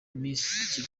misi